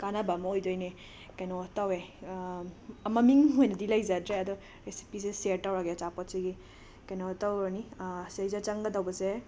ꯀꯥꯟꯅꯕ ꯑꯃ ꯑꯣꯏꯗꯣꯏꯅꯦ ꯀꯩꯅꯣ ꯇꯧꯋꯦ ꯃꯃꯤꯡ ꯑꯣꯏꯅꯗꯤ ꯂꯩꯖꯗ꯭ꯔꯦ ꯑꯗꯣ ꯔꯦꯁꯤꯄꯤꯁꯦ ꯁꯦꯌꯔ ꯇꯧꯔꯒꯦ ꯑꯆꯥꯄꯣꯠꯁꯤꯒꯤ ꯀꯩꯅꯣ ꯇꯧꯔꯅꯤ ꯁꯤꯗꯩꯖꯤꯗ ꯆꯪꯒꯗꯧꯕꯁꯦ